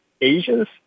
Asians